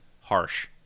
harsh